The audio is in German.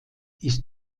ist